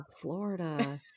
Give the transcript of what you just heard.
Florida